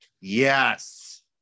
Yes